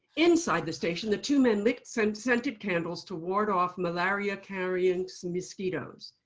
inside the station, the two men licked scented scented candles to ward off malaria-carrying so mosquitoes,